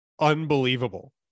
unbelievable